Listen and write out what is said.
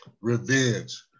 revenge